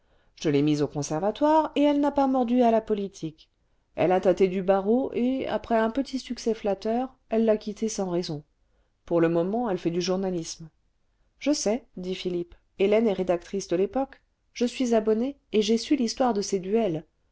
je l'ai mise au conservatoire et elle n'a pas mordu à la politique elle a tâté du barreau et après un petit succès flatteur elle l'a quitté sans raison pour le moment elle fait du journalisme je sais dit philippe hélène est rédactrice de yépoque je suis abonné et j'ai su l'histoire de ses duels